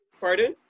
Pardon